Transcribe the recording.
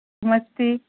नमस्ते